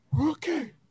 Okay